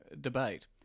debate